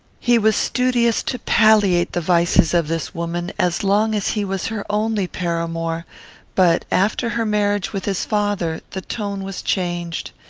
he was studious to palliate the vices of this woman, as long as he was her only paramour but, after her marriage with his father, the tone was changed.